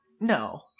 No